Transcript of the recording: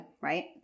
Right